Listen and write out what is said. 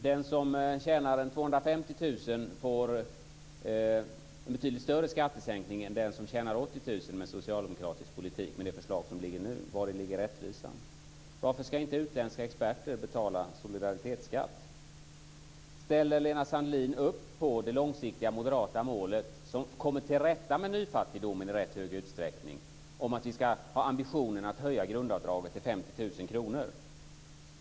Den som tjänar 250 000 får en betydligt större skattesänkning än den som tjänar 80 000 med det socialdemokratiska förslag som ligger nu. Vari ligger rättvisan? Varför ska inte utländska experter betala solidaritetsskatt? Ställer Lena Sandlin-Hedman upp på det långsiktiga moderata målet, som kommer till rätta med nyfattigdomen i rätt hög utsträckning, om att vi ska ha ambitionen att höja grundavdraget till 50 000 kr?